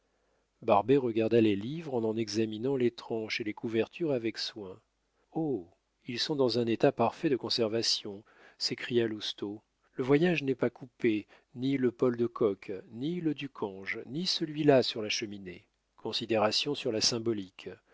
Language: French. barbet regarda les livres en en examinant les tranches et les couvertures avec soin oh ils sont dans un état parfait de conservation s'écria lousteau le voyage n'est pas coupé ni le paul de kock ni le ducange ni celui-là sur la cheminée considérations sur la symbolique